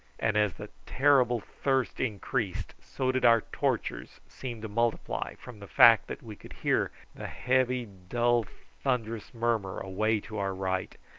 and as the terrible thirst increased so did our tortures seem to multiply from the fact that we could hear the heavy dull thunderous murmur away to our right,